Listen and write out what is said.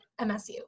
MSU